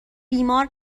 بیمار